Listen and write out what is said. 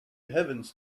heavens